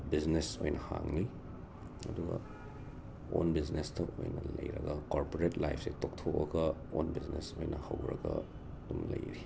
business ꯑꯣꯏꯅ ꯍꯥꯡꯅꯤ ꯑꯗꯨꯒ ꯑꯣꯟ ꯕꯤꯖꯅꯦꯁꯇ ꯑꯣꯏꯅ ꯂꯩꯔꯒ ꯀꯣꯔꯄꯣꯔꯦꯠ ꯂꯥꯏꯐꯁꯦ ꯇꯣꯛꯊꯣꯛꯑꯒ ꯑꯣꯟ ꯕꯤꯖꯅꯦꯁ ꯑꯣꯏꯅ ꯍꯧꯔꯒ ꯑꯗꯨꯝ ꯂꯩꯔꯤ